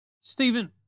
Stephen